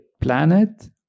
planet